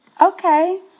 Okay